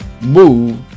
move